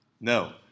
No